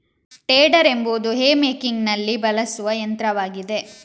tedder ಎಂಬುದು hay ಮೇಕಿಂಗಿನಲ್ಲಿ ಬಳಸುವ ಯಂತ್ರವಾಗಿದೆ